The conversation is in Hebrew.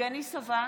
יבגני סובה,